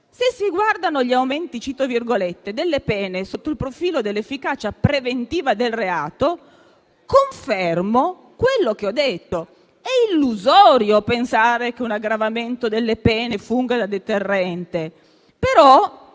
«Se si guardano gli aumenti delle pene sotto il profilo dell'efficacia preventiva del reato, confermo quello che ho detto: è illusorio pensare che un aggravamento delle pene funga da deterrente.